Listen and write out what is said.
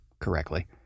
correctly